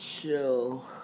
Chill